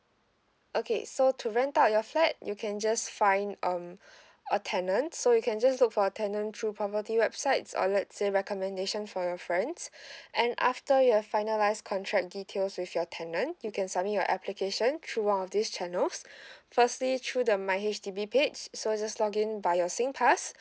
okay so to rent out your flat you can just find um a tenant so you can just look for a tenant through property websites or lets say recommendation from your friends and after you have finalise contract details with your tenant you can submit your application through all these channels firstly through the my H_D_B page so you just login by your singpass